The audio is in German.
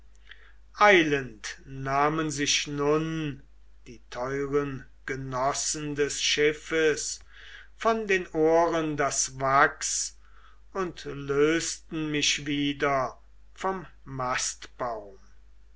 eilend nahmen sich nun die teuren genossen des schiffes von den ohren das wachs und lösten mich wieder vom mastbaum